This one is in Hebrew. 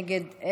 נגד,